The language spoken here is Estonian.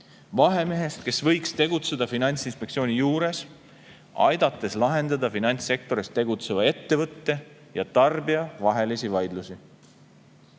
vahemehest, kes võiks tegutseda Finantsinspektsiooni juures, aidates lahendada finantssektoris tegutseva ettevõtte ja tarbija vahelisi vaidlusi.